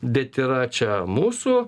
bet yra čia mūsų